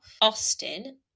austin